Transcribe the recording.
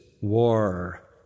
War